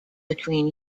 between